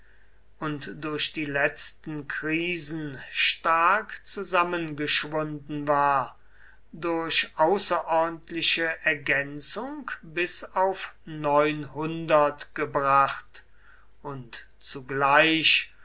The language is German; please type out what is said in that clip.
und durch die letzten krisen stark zusammengeschwunden war durch außerordentliche ergänzung bis auf neunhundert gebracht und zugleich